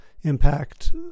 impact